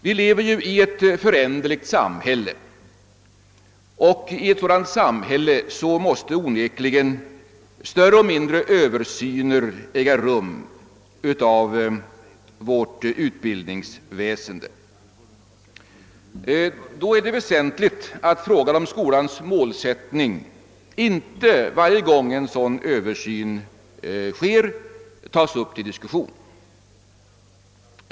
Vi lever i ett föränderligt samhälle, och i ett sådant samhälle måste onekligen större och mindre översyner äga rum av vårt utbildningsväsende. Då är det väsentligt att frågan om skolans målsättning inte varje gång en sådan översyn sker tas upp till diskussion.